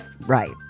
Right